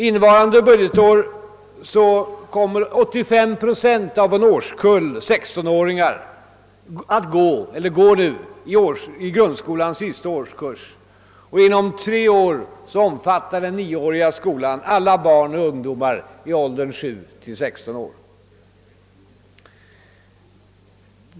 Innevarande budgetår går 85 procent av en årskull sextonåringar i grundskolans sista årskurs, och inom tre år omfattar den nioåriga skolan alla barn och ungdomar i ålder sju till sexton år.